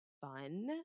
fun